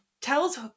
tells